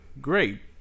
great